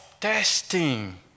testing